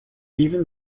even